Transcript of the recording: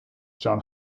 john